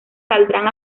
saldrán